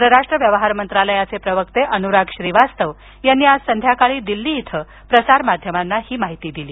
परराष्ट्र व्यवहार मंत्रालयाचे प्रवक्ते अनुराग श्रीवास्तव यांनी आज संध्याकाळी दिल्ली इथं प्रसारमाध्यमांना ही माहिती दिली